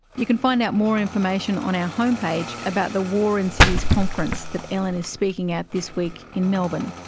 you can find out more information on our homepage about the war in cities conference that ellen is speaking at this week in melbourne.